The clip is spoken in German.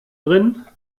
drin